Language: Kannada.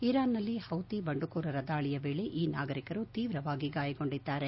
ಇರಾನ್ನಲ್ಲಿ ಹೌತಿ ಬಂದುಕೋರರ ದಾಳಿಯ ವೇಳೆ ಈ ನಾಗರಿಕರು ತೀವ್ರವಾಗಿ ಗಾಯಗೊಂಡಿದ್ದಾರೆ